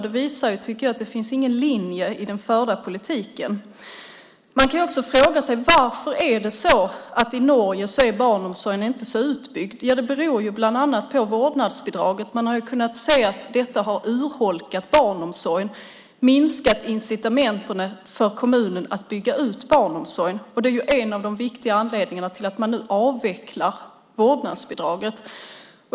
Det visar, tycker jag, att det inte finns någon linje i den förda politiken. Man kan också fråga sig varför det är så att barnomsorgen inte är så utbyggd i Norge. Det beror bland annat på vårdnadsbidraget. Vi har kunnat se att detta har urholkat barnomsorgen. Det har minskat incitamenten för kommuner att bygga ut barnomsorgen. Det är en av de viktiga anledningarna till att de nu avvecklar vårdnadsbidraget.